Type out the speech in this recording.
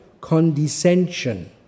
condescension